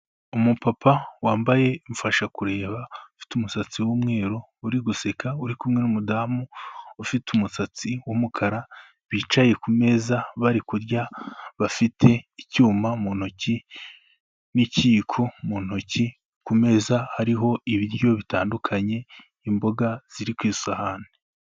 Umupapa wambaye umfashakureba ufite umusatsi w'umweru uri guseka, uri kumwe n'umudamu, ufite umusatsi w'umukara bicaye ku meza bari kurya, bafite icyuma mu ntoki n'ikiyiko mu ntoki, ku meza hariho ibiryo bitandukanye, imboga ziri ku isahani.